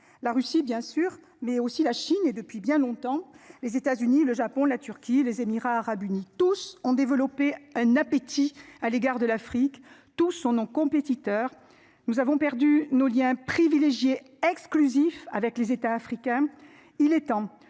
la Russie bien sûr mais aussi la Chine et depuis bien longtemps, les États-Unis, le Japon, la Turquie, les Émirats arabes unis. Tous ont développé un appétit à l'égard de l'Afrique tout son nom compétiteurs. Nous avons perdu nos Liens privilégiés exclusif avec les États africains.